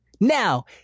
Now